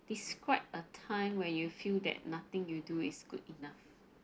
describe a time where you feel that nothing you do is good enough